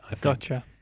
Gotcha